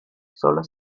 solo